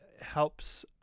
helps